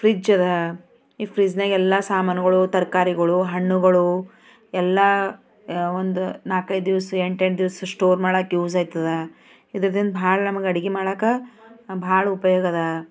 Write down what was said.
fridge ಅದಾ ಈ ಫ್ರಿಜ್ನಾಗ ಎಲ್ಲ ಸಾಮಾನುಗಳು ತರಕಾರಿಗಳು ಹಣ್ಣುಗಳು ಎಲ್ಲ ಒಂದು ನಾಲ್ಕೈದು ದಿವಸ ಎಂಟೆಂಟು ದಿವ್ಸ ಸ್ಟೋರ್ ಮಾಡಾಕ ಯೂಸ್ ಆಯ್ತದ ಇದರಿಂದ ಭಾಳ ನಮಗೆ ಅಡುಗೆ ಮಾಡೋಕೆ ಭಾಳ ಉಪಯೋಗ ಅದಾ